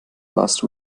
last